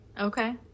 okay